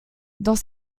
dans